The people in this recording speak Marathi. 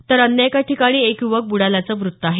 तर अन्य एका ठिकाणी एक युवक ब्डाल्याचं वृत्त आहे